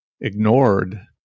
ignored